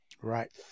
right